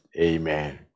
amen